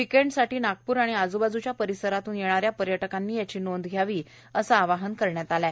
विर्केडसाठी नागपूर व आजूबाजूच्या परिसरातून येणाऱ्या पर्यटकांनी याची नोंद घ्यावी असे आवाहन करण्यात आले आहे